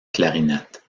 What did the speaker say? clarinette